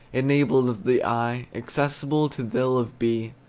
enabled of the eye, accessible to thill of bee,